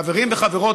חברים וחברות,